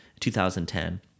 2010